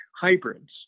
hybrids